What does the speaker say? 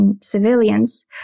civilians